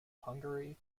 hungary